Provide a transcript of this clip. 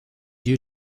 due